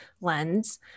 lens